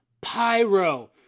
Pyro